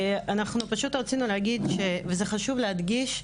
אנחנו פשוט רצינו להגיד, וזה חשוב להדגיש,